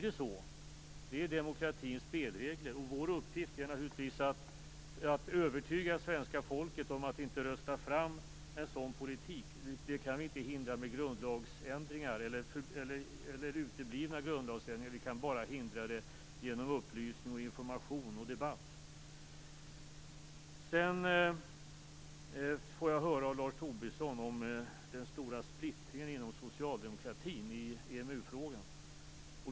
Det är demokratins spelregler. Vår uppgift är naturligtvis att övertyga svenska folket att inte rösta fram en sådan politik. Det kan vi inte hindra med grundlagsändringar eller uteblivna grundlagsändringar. Vi kan bara hindra det genom upplysning, information och debatt. Sedan får jag höra av Lars Tobisson om den stora splittringen inom socialdemokratin i EMU-frågan.